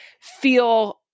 feel